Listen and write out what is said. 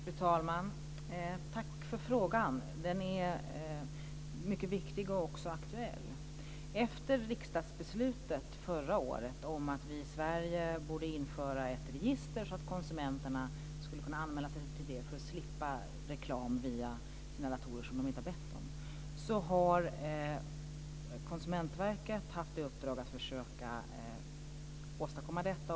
Fru talman! Tack för frågan! Den är mycket viktig och också aktuell. Efter riksdagsbeslutet förra året om att vi i Sverige borde införa ett register som konsumenterna skulle kunna anmäla sig till för att slippa reklam via sina datorer som man inte bett om har Konsumentverket haft i uppdrag att försöka åstadkomma detta.